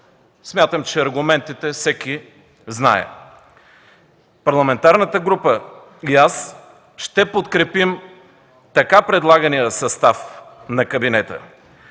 знае аргументите. Парламентарната група и аз ще подкрепим така предлагания състав на кабинета,